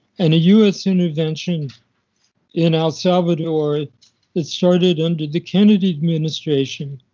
and a u s. intervention in el salvador that started under the kennedy administration,